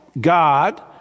God